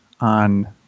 on